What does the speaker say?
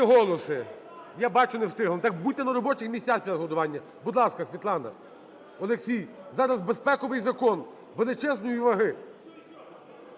голоси. Я бачу, не встигли. Так будьте на робочих місцях для голосування. Будь ласка, Світлана. Олексій, зараз безпековий закон величезної ваги,